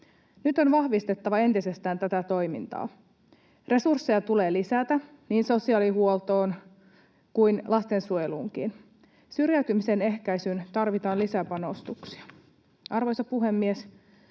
Nyt on vahvistettava entisestään tätä toimintaa. Resursseja tulee lisätä niin sosiaalihuoltoon kuin lastensuojeluunkin. Syrjäytymisen ehkäisyyn tarvitaan lisäpanostuksia. Arvoisa puhemies!